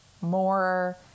more